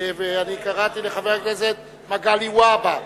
אני קראתי לחבר הכנסת מגלי והבה,